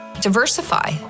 diversify